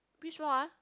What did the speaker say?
which floor ah